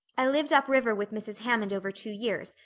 i lived up river with mrs. hammond over two years,